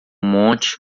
monte